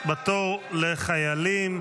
בתור לחיילים,